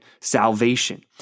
salvation